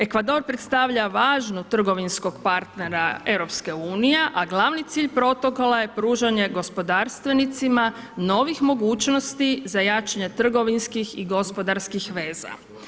Ekvador predstavlja važnog trgovinskog partnera EU a glavni cilj protokola je pružanje gospodarstvenicima novih mogućnosti za jačanje trgovinskih i gospodarskih veza.